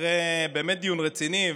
אחרי דיון רציני,